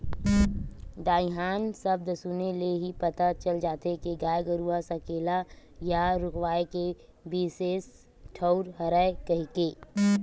दईहान सब्द सुने ले ही पता चल जाथे के गाय गरूवा सकेला या रूकवाए के बिसेस ठउर हरय कहिके